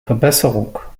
verbesserung